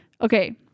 Okay